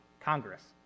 Congress